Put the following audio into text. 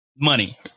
money